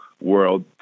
world